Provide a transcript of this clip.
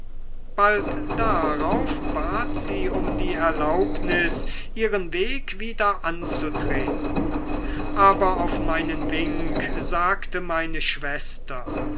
bald darauf bat sie um die erlaubnis ihren weg wieder anzutreten aber auf meinen wink sagte meine schwester